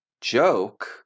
joke